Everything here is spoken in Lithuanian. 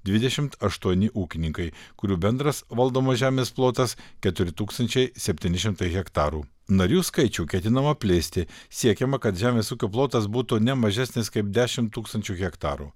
dvidešimt aštuoni ūkininkai kurių bendras valdomas žemės plotas keturi tūkstančiai septyni šimtai hektarų narių skaičių ketinama plėsti siekiama kad žemės ūkio plotas būtų ne mažesnis kaip dešimt tūkstančių hektarų